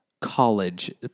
college